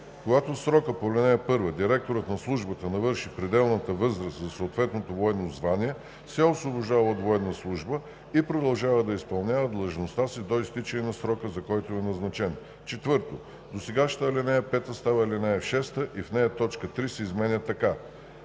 Когато в срока по ал. 1 директорът на Службата навърши пределната възраст за съответното военно звание, се освобождава от военна служба и продължава да изпълнява длъжността до изтичането на срока, за който е назначен“. 4. Досегашната ал. 5 става ал. 6 и в нея т. 3 се изменя така: